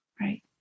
Right